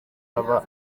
baba